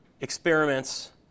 experiments